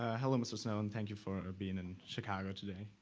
ah hello, mr. snowden. thank you for being in chicago today.